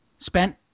spent